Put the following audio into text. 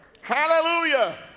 hallelujah